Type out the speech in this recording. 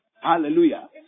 Hallelujah